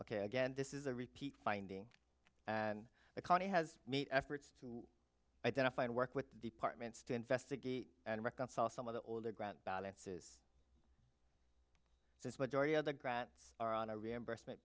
ok again this is a repeat finding and the county has made efforts to identify and work with the departments to investigate and reconcile some of the older ground balances since majority of the grants are on a reimbursement